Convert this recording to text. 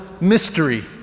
mystery